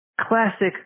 Classic